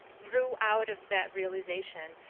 grew out of that realization,